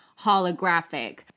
holographic